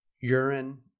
urine